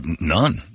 none